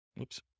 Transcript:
Oops